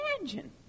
imagine